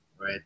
Right